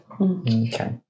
Okay